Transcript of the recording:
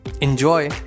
Enjoy